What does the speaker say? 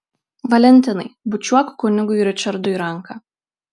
valentinai bučiuok kunigui ričardui ranką